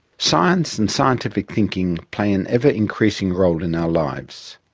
science and scientific thinking play an ever-increasing role in our lives.